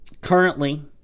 currently